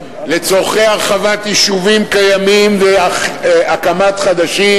לצורכי הרחבת יישובים קיימים והקמת חדשים,